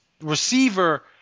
receiver